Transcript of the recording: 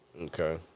Okay